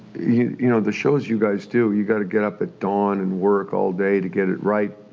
you you know, the shows you guys do, you got to get up at dawn and work all day to get it right,